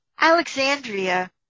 Alexandria